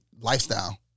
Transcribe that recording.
Lifestyle